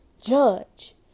judge